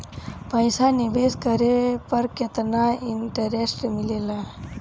पईसा निवेश करे पर केतना इंटरेस्ट मिलेला?